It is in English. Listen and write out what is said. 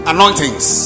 Anointings